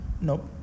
Nope